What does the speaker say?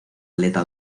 aleta